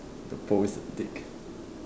the post is a dick